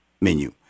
menu